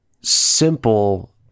simple